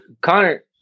Connor